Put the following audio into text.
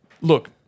Look